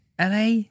LA